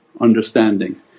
understanding